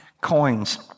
coins